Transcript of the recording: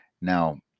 now